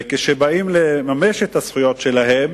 וכשבאים לממש את הזכויות שלהם